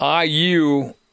IU